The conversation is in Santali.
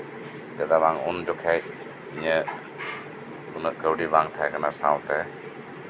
ᱩᱱ ᱡᱚᱠᱷᱚᱱ ᱤᱧᱟᱹᱜ ᱩᱱᱟᱹᱜ ᱠᱟᱹᱣᱰᱤ ᱵᱟᱝ ᱛᱟᱦᱮᱸ ᱠᱟᱱᱟ ᱥᱟᱶᱛᱮ